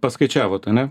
paskaičiavot ane